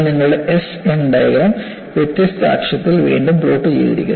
നിങ്ങളുടെ SN diagram വ്യത്യസ്ത അക്ഷത്തിൽ വീണ്ടും പ്ലോട്ട് ചെയ്തിരിക്കുന്നു